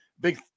big